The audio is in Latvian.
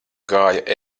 gāja